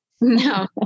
No